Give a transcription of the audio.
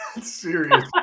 serious